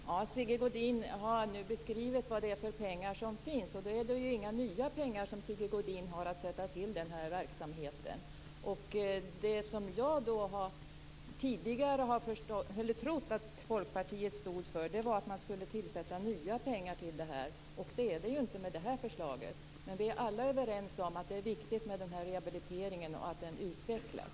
Fru talman! Sigge Godin har nu beskrivit vad det är för pengar som finns. Det är inga nya pengar som Sigge Godin har att sätta in i den här verksamheten. Det som jag tidigare har trott att Folkpartiet stod för var att man skulle tillsätta nya pengar till detta, och det är det inte med det här förslaget. Men vi är alla överens om att det är viktigt med rehabiliteringen och att den utvecklas.